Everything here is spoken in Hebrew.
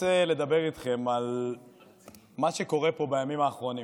אני רוצה לדבר איתכם על מה שקורה פה בימים האחרונים.